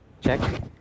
Check